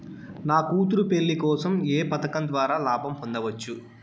నా కూతురు పెళ్లి కోసం ఏ పథకం ద్వారా లాభం పొందవచ్చు?